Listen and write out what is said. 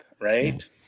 right